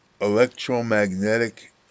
electromagnetic